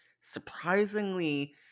surprisingly